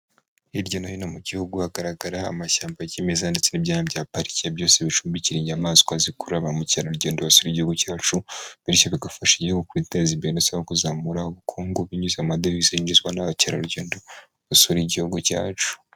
Hirya no hino mu gihugu hagaragara amashyamba kimeza ndetse n'ibyaha bya pariki byose bicumbikira inyamaswa zikurura ba mukerarugendo basura igihugu cyacu, bityo bigafasha igihugu kwiteza imbere ndetse kuzamura ubukungu binyuze mu madevize yinjizwa n'abakerarugendo basura igihugu cyacu.